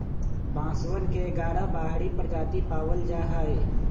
बांसवन के ग्यारह बाहरी प्रजाति पावल जाहई